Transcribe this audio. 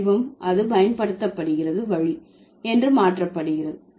வடிவம் அது பயன்படுத்தப்படுகிறது வழி என்று மாற்றப்படுகிறது